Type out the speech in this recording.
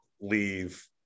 leave